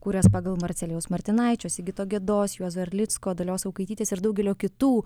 kūręs pagal marcelijaus martinaičio sigito gedos juozo erlicko dalios eukaitytės ir daugelio kitų